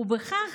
ובכך